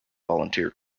volunteer